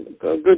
Good